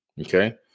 Okay